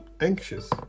anxious